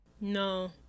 No